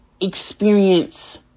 experience